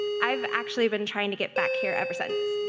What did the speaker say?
i've actually been trying to get back here ever since.